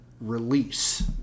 release